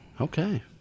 Okay